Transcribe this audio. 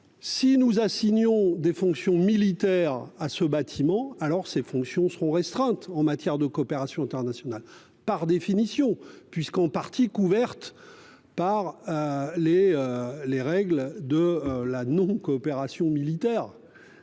Si nous assignant des fonctions militaires à ce bâtiment alors ses fonctions seront restreintes en matière de coopération internationale. Par définition, puisqu'en partie couverte par. Les, les règles de la non-coopération militaire